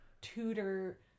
tudor